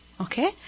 Okay